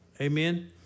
Amen